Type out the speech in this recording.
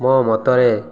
ମୋ ମତରେ